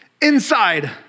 inside